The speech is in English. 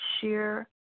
Share